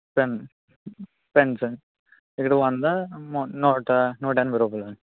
pen pens అండి ఇక్కడ వంద నూట నూట నూట ఎనభై రూపాయలు అండి